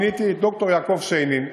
מיניתי את ד"ר יעקב שיינין,